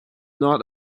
not